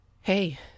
Hey